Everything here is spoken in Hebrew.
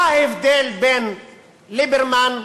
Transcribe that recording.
מה ההבדל בין ליברמן ליעלון?